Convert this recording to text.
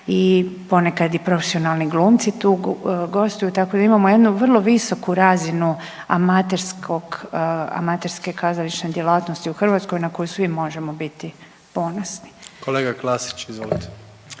i ponekad i profesionalni glumci tu gostuju, tako da imamo jednu vrlo visoku razinu amaterske kazališne djelatnosti u Hrvatskoj na koju svi možemo biti ponosni. **Jandroković, Gordan